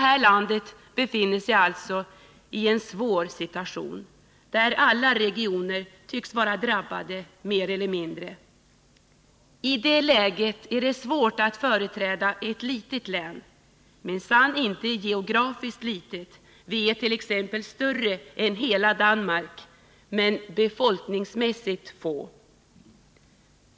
Vårt land befinner sig alltså i en svår situation, där alla regioner tycks vara mer eller mindre drabbade. I det läget är det svårt att företräda ett litet län — inte geografiskt litet, länet är större än t.ex. Danmark, men befolkningsmässigt.